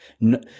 No